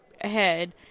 ahead